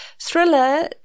thriller